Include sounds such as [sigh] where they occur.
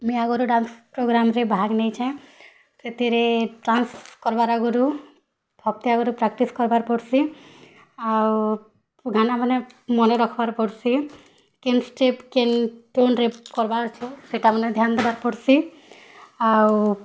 ମୁଇଁ ଆଗରୁ ଡ୍ୟାନ୍ସ ପ୍ରୋଗାମ୍ରେ ଭାଗ୍ ନେଇଚେ ସେଥିରେ ଡ୍ୟାନ୍ସ୍ କର୍ବାର୍ ଆଗରୁ ହପ୍ତାହେ ଆଗରୁ ପ୍ରାକ୍ଟିସ୍ କରବାକୁ ପଡ଼ିସି ଆଉ ଗାନା ମନେ ରଖିବାର ପଡ଼ିସି କେନ୍ ଷ୍ଟେପ୍ କେନ୍ [unintelligible] କର୍ବାର ଥିବା ସେଟା ମନେ ଧ୍ୟାନ୍ ଦେବାକୁ ପଡ଼ସେ ଆଉ